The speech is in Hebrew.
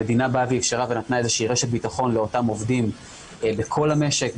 המדינה אפשרה ונתנה רשת ביטחון לאותם עובדים בכל המשק,